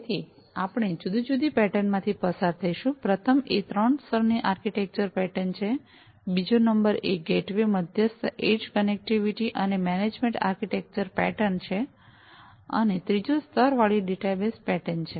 તેથી આપણે ત્રણ જુદી જુદી પેટર્ન માંથી પસાર થઈશું પ્રથમ નંબર એ ત્રણ સ્તરની આર્કિટેક્ચર પેટર્ન નો છે બીજો નંબર એ ગેટવે મધ્યસ્થ એડ્જ કનેક્ટિવિટી અને મેનેજમેન્ટ આર્કિટેક્ચર પેટર્ન નો છે અને ત્રીજો સ્તરવાળી ડેટા બસ પેટર્ન નો છે